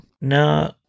no